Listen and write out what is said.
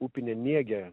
upinę nėgę